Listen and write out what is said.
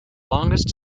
longest